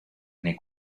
nei